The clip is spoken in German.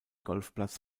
golfplatz